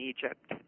Egypt